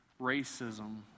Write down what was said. racism